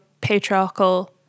patriarchal